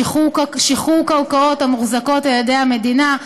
שחרור קרקעות המוחזקות על-ידי המדינה,